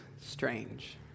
strange